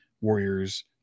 Warriors